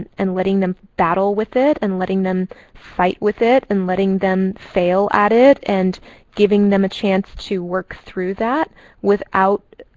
and letting them battle with it and letting them fight with it. and letting them fail at it. and giving them a chance to work through that